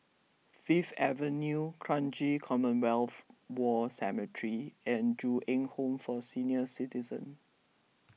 Fifth Avenue Kranji Commonwealth War Cemetery and Ju Eng Home for Senior Citizens